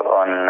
on